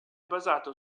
basato